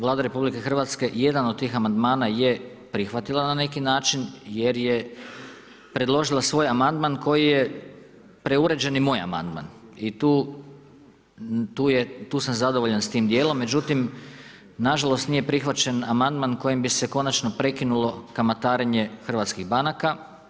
Vlada RH je jedan od tih amandmana je prihvatila na neki način jer je predložila svoj amandman koji je preuređeni moj amandman i tu je sam zadovoljan s tim dijelom međutim, nažalost nije prihvaćen amandman kojim bi se konačno prekinulo kamatarenje hrvatskih banaka.